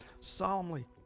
solemnly